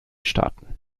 staaten